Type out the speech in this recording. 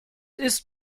ist